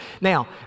Now